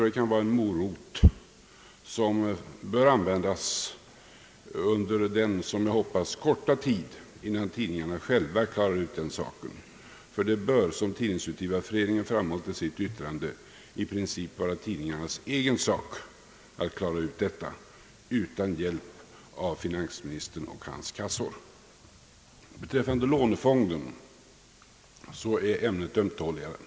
Den kan vara en morot som bör användas under den som jag hoppas korta tiden innan tidningarna själva klarar ut den saken. Det bör, som tidningsutgivarföreningen framhållit i sitt yttrande, i princip vara tidningarnas egen sak att reda ut detta utan hjälp av finansministern och hans kassor. Lånefonden är ett ömtåligare ämne.